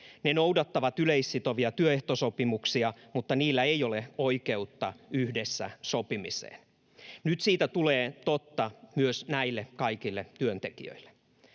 Ne noudattavat yleissitovia työehtosopimuksia, mutta niillä ei ole oikeutta yhdessä sopimiseen. Nyt siitä tulee totta myös näille kaikille työntekijöille.